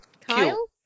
Kyle